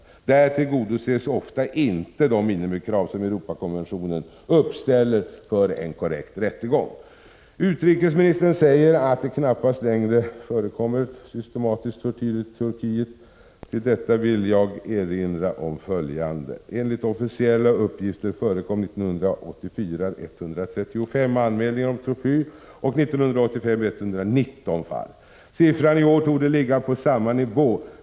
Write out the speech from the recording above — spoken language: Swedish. Där tillgodoses ofta inte de minimikrav som Europakonventionen uppställer för en korrekt rättegång. Utrikesministern säger att det knappast längre förekommer systematisk tortyr i Turkiet. Till detta vill jag säga att enligt officiella uppgifter var antalet anmälningar om tortyr 135 år 1984 och 119 år 1985. Siffran i år torde ligga på samma nivå.